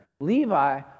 Levi